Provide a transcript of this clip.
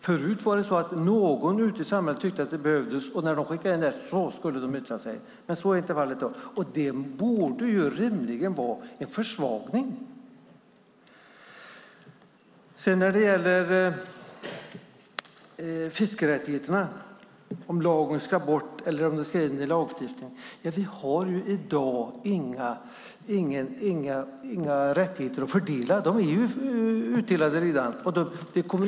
Förut var det så att när någon ute i samhället tyckte att det behövdes skulle Fiskeriverket yttra sig, men så blir nu inte fallet. Det borde ju rimligen vara en försvagning. När det sedan gäller fiskerättigheterna, om lagen ska bort eller om dessa ska in i lagstiftningen, finns det i dag inga rättigheter att fördela. De är ju redan fördelade.